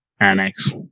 Annex